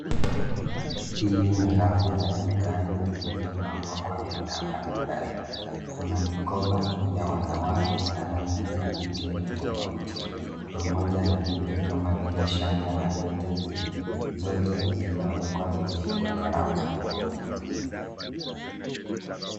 Hii ni rafu za dukani zilizopangwa kwa bidhaa mbalimbali. Kuna mikoba ya wanawake ya rangi na mitindo tofauti pamoja na vitu kama vile shanga na pete zote zimewekwa vizuri kwenye rafu nyeupe.